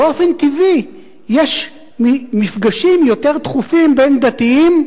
באופן טבעי יש מפגשים יותר תכופים בין דתיים,